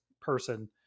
person